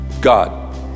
God